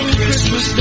Christmas